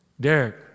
Derek